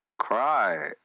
Cry